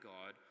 God